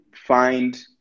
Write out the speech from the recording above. find